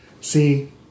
See